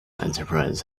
enterprise